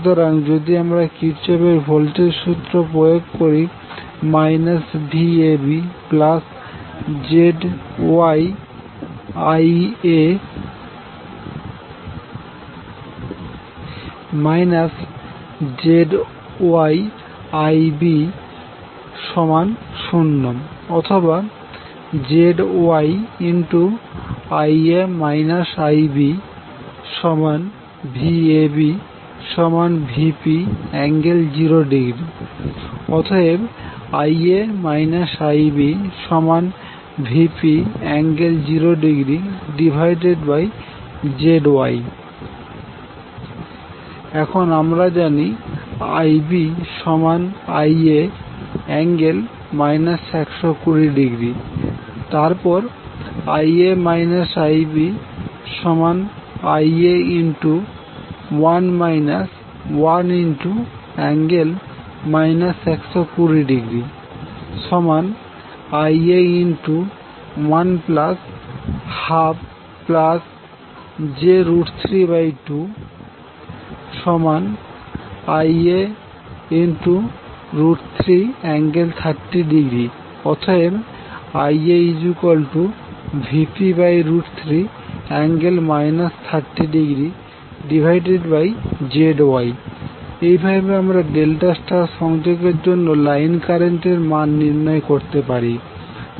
সুতরাং যদি আমরা কির্চফ এর ভোল্টেজ সূত্র Kirchhoff's voltage law প্রয়োগ করি VabZYIa ZYIb0 অথবা ZYVabVp∠0° অতএব Ia IbVp∠0°ZY এখন আমরা জানি IbIa∠ 120° তারপর Ia IbIa1 1∠ 120° Ia112j32Ia3∠30° অতএব IaVp3∠ 30°ZY এইভাবে আমরা ডেল্টা স্টার সংযোগের জন্য লাইন কারেন্ট এর মান নির্ণয় করতে পারি